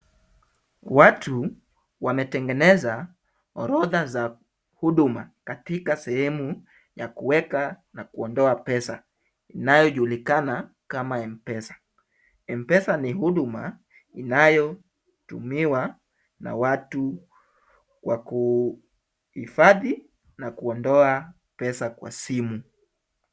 Watu wametengeneza orodha za huduma, katika sehemu ya kuweka na kuondoa pesa inayojulikana kama M-Pesa. M-Pesa ni huduma inayotumiwa na watu wakuhifadhi na kuondoa pesa kwa simu.